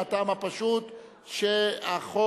מהטעם הפשוט שהחוק,